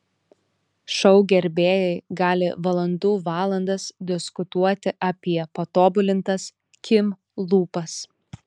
šou gerbėjai gali valandų valandas diskutuoti apie patobulintas kim lūpas